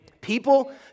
People